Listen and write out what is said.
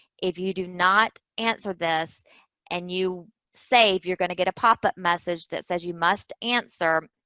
if you do not answer this and you save, you're going to get a pop-up message that says you must answer.